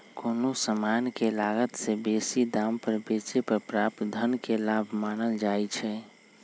कोनो समान के लागत से बेशी दाम पर बेचे पर प्राप्त धन के लाभ मानल जाइ छइ